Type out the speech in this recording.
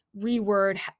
reword